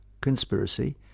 conspiracy